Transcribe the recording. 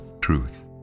truth